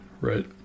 right